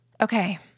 Okay